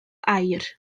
air